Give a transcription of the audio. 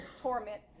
torment